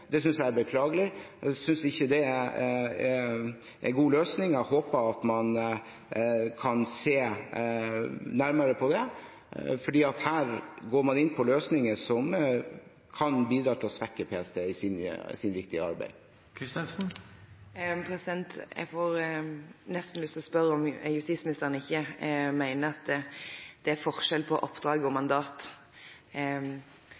Det synes jeg er beklagelig. Jeg synes ikke det er en god løsning. Jeg håper at man kan se nærmere på det, for her går man inn på løsninger som kan bidra til å svekke PST i deres viktige arbeid. Jeg får nesten lyst til å spørre om justisministeren ikke mener at det er forskjell på oppdrag og